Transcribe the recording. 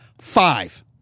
Five